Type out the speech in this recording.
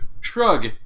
shrug